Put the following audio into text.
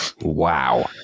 Wow